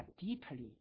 deeply